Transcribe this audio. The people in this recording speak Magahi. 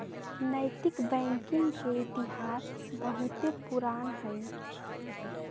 नैतिक बैंकिंग के इतिहास बहुते पुरान हइ